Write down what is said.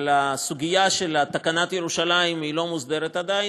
אבל הסוגיה של תקנת ירושלים לא מוסדרת עדיין,